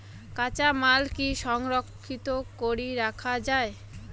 কাঁচামাল কি সংরক্ষিত করি রাখা যায়?